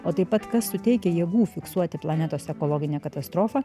o taip pat kas suteikia jėgų fiksuoti planetos ekologinę katastrofą